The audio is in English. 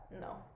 No